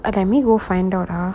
uh I may go find out ah